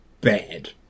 bad